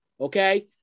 Okay